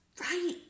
Right